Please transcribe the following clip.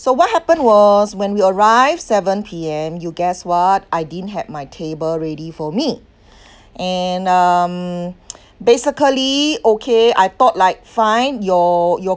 so what happened was when we arrived seven P_M you guess what I didn't had my table ready for me and um basically okay I thought like fine your your